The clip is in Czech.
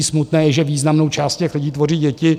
Smutné je, že významnou část těch lidí tvoří děti.